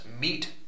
meet